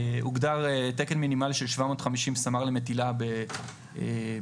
הוגדר תקן מינימלי של 750 סמ"ר למטילה בכלוב.